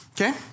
okay